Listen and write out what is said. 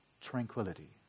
tranquility